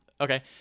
Okay